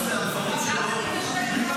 למרות זה, הדברים שלו שנויים במחלוקת.